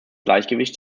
gleichgewicht